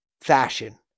fashion